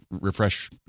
refresh